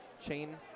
chain